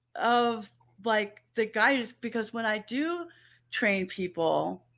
of like the guidance, because when i do train people,